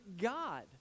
God